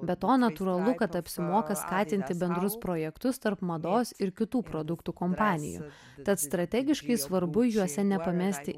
be to natūralu kad apsimoka skatinti bendrus projektus tarp mados ir kitų produktų kompanijų tad strategiškai svarbu juose nepamesti